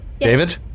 David